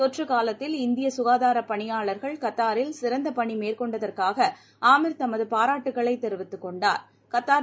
தொற்று காலத்தில் இந்திய ககாதார பணியாளர்கள் கத்தாரில் சிறந்த பணி மேற்கொண்டதற்காக ஆமீர் தமது பாராட்டுக்களைத் தெரிவித்துக் கொண்டார்